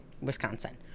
Wisconsin